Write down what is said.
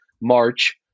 March